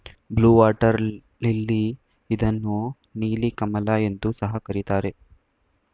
blue water lily ಇದನ್ನು ನೀಲಿ ಕಮಲ ಎಂದು ಸಹ ಕರಿತಾರೆ